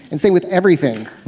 and same with everything